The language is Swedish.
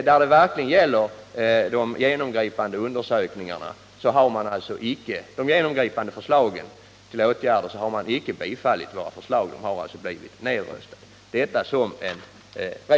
När det gällt de verkligt genomgripande förslagen till åtgärder har man icke bifallit våra förslag, utan de har blivit nedröstade.